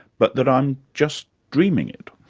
but that i'm just dreaming it?